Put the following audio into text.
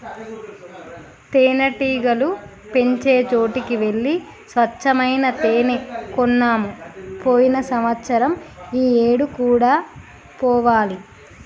తేనెటీగలు పెంచే చోటికి వెళ్లి స్వచ్చమైన తేనే కొన్నాము పోయిన సంవత్సరం ఈ ఏడు కూడా పోవాలి